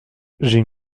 j’ai